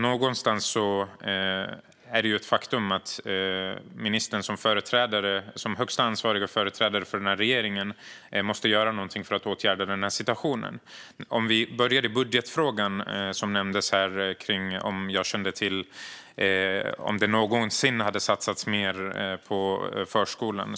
Någonstans är det ett faktum att ministern som högst ansvarig och företrädare för regeringen måste göra någonting för att åtgärda situationen. Vi börjar i budgetfrågan. Det frågades här om jag kände till om det någonsin hade satsats mer på förskolan.